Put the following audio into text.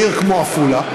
בעיר כמו עפולה,